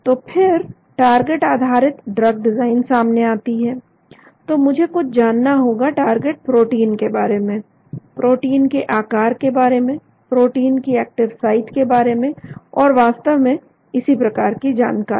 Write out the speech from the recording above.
तो फिर टारगेट आधारित ड्रग डिजाइन सामने आती है तो मुझे कुछ जानना होगा टारगेट प्रोटीन के बारे में प्रोटीन के आकार के बारे में प्रोटीन की एक्टिव साइट के बारे में और वास्तव में इसी प्रकार की जानकारी